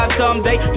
someday